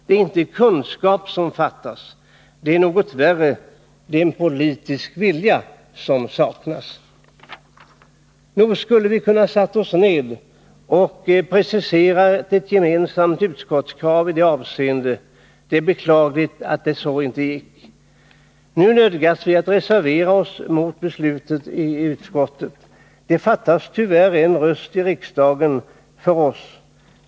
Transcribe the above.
Det är inte kunskap som fattas. Det är något värre. Det är en politisk vilja som saknas. Nog skulle vi ha kunnat sätta oss ned och precisera ett gemensamt utskottskrav i detta avseende. Det är beklagligt att det inte gick. Nu nödgas vi reservera oss mot beslutet i utskottet. Det fattas tyvärr en röst i riksdagen för oss.